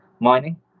mining